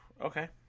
Okay